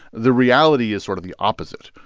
the reality is sort of the opposite,